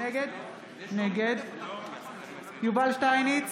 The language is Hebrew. נגד יובל שטייניץ,